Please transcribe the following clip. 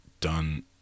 done